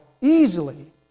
easily